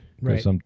Right